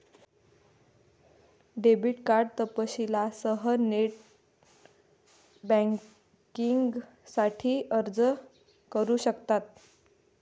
debit card तपशीलांसह net बँकिंगसाठी अर्ज करू शकतात